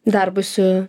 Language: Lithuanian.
darbui su